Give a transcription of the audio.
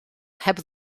heb